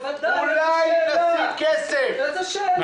בוודאי, איזו שאלה.